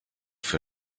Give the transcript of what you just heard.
für